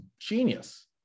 genius